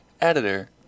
editor